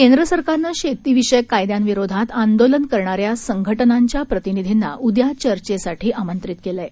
केंद्र सरकारनी शेतीविषयक कायद्यांविरोधात आंदोलन करणाऱ्या संघटनांच्या प्रतिनिधींना उद्या चर्चेला आमंत्रित केलं आहे